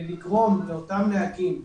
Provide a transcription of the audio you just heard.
ונגרום לאותם נהגים,